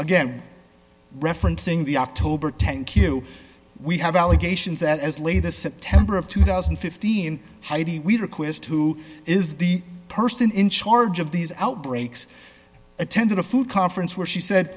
again referencing the october tank you we have allegations that as late as september of two thousand and fifteen heidi we request who is the person in charge of these outbreaks attended a food conference where she said